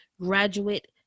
graduate